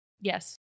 Yes